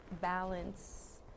balance